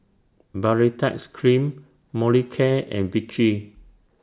Baritex Cream Molicare and Vichy